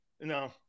No